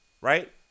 right